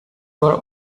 were